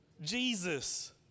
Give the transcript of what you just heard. Jesus